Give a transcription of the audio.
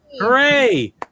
hooray